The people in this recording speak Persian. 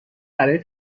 برای